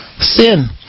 sin